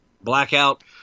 blackout